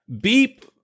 beep